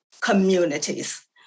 communities